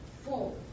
Four